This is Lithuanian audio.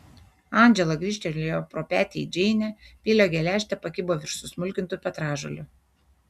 andžela grįžtelėjo pro petį į džeinę peilio geležtė pakibo virš susmulkintų petražolių